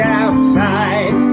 outside